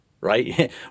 right